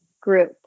Group